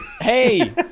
Hey